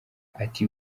ati